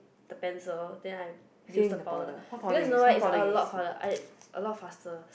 the pencil then I use the powder because you know why it's a lot powder a lot faster